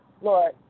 Lord